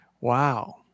Wow